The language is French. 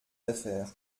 affaires